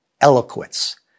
eloquence